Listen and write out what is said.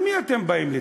על מי אתם באים לצחוק?